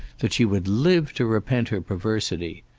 that she would live to repent her perversity.